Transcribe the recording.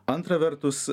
antra vertus